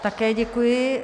Také děkuji.